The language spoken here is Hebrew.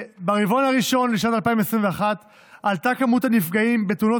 ברבעון הראשון של שנת 2021 עלתה כמות הנפגעים בתאונות